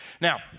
Now